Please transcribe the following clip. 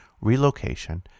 relocation